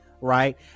right